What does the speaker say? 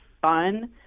fun